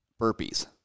Burpees